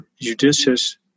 judicious